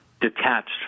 detached